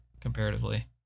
comparatively